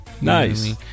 Nice